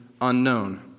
unknown